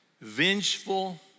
vengeful